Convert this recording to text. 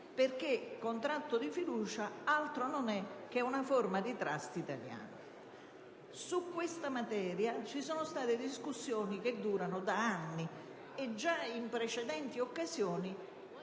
perché il contratto di fiducia altro non è che una forma di *trust* italiano. Su questa materia vi sono discussioni che durano da anni, e già in precedenti occasioni,